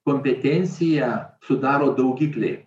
kompetenciją sudaro daugikliai